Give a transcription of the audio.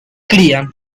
cría